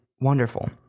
wonderful